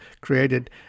created